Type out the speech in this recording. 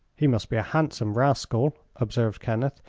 he must be a handsome rascal, observed kenneth,